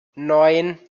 neun